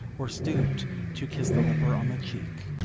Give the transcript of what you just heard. or stooped to kiss the leper on the cheek.